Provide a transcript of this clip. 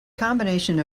combination